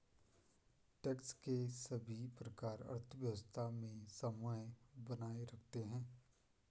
tax के सभी प्रकार अर्थव्यवस्था में समन्वय बनाए रखते हैं